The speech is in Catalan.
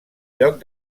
lloc